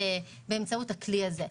באמצעות הכלי הזה.